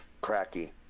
cracky